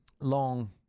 long